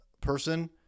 person